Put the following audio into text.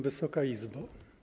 Wysoka Izbo!